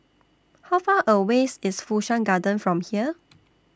How Far away IS Fu Shan Garden from here